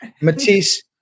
Matisse